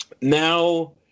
now